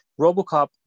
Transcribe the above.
RoboCop